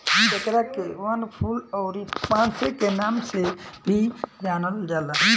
एकरा के वनफूल अउरी पांसे के नाम से भी जानल जाला